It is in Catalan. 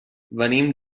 venim